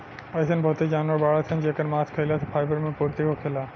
अइसन बहुते जानवर बाड़सन जेकर मांस खाइला से फाइबर मे पूर्ति होखेला